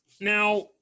Now